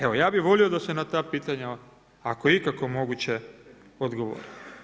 Evo ja bih volio da se na ta pitanja ako je ikako moguće odgovori.